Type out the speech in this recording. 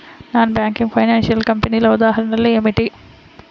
Non banking financial కంపెనీల ఉదాహరణలు ఏమిటి?